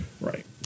Right